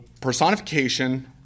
personification